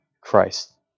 Christ